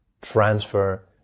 transfer